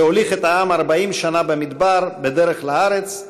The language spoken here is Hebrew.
שהוליך את העם 40 שנה במדבר בדרך לארץ,